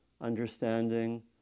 understanding